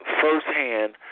firsthand